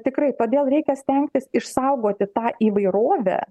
tikrai todėl reikia stengtis išsaugoti tą įvairovę